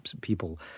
people